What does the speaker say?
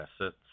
assets